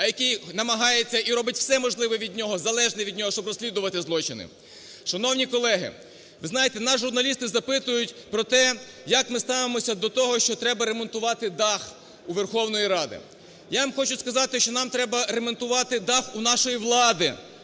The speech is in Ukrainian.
а який намагається і робить все можливе від нього, залежне від нього, щоб розслідувати злочини. Шановні колеги! Ви знаєте, нас журналісти запитують про те, як ми ставимося до того, що треба ремонтувати дах у Верховній Раді. Я вам хочу сказати, що нам треба ремонтувати дах у нашої влади,